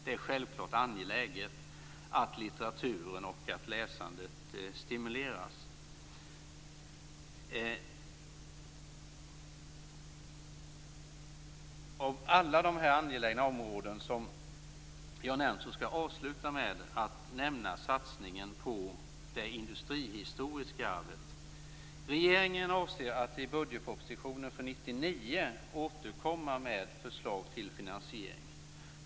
Det är självfallet angeläget att litteraturen och läsandet stimuleras. Efter alla de angelägna områden som jag har nämnt skall jag avsluta med att nämna satsningen på det industrihistoriska arvet. Regeringen avser att i budgetpropositionen för 1999 återkomma med förslag till finansiering.